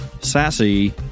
sassy